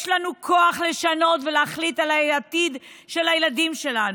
יש לנו כוח לשנות ולהחליט על העתיד של הילדים שלנו.